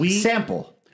sample